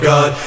God